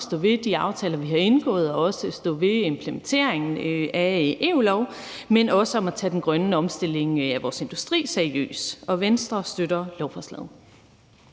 stå ved de aftaler, vi har indgået, og også stå ved implementeringen af EU-lov, men handler også om at tage den grønne omstilling af vores industri seriøst. Venstre støtter lovforslaget.